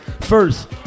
first